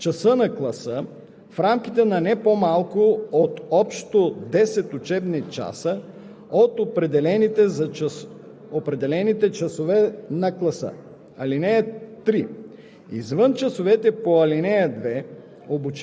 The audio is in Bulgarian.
както и за мисиите и задачите на въоръжените сили. (2) Обучението по ал. 1 се осъществява в часа на класа, в рамките на не по-малко от общо 10 учебни часа